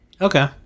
Okay